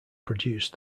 produced